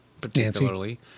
particularly